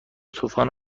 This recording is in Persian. طوفان